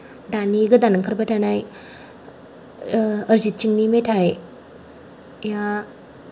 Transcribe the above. दानि गोदान ओंखारबाय थानाय अरजित सिंनि मेथाया